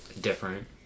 different